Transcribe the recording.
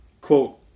quote